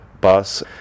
bus